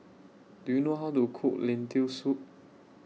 Do YOU know How to Cook Lentil Soup